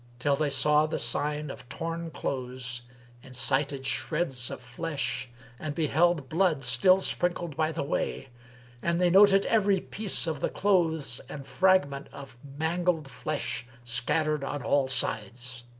till they saw the sign of torn clothes and sighted shreds of flesh and beheld blood still sprinkled by the way and they noted every piece of the clothes and fragment of mangled flesh scattered on all sides.